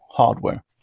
hardware